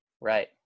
Right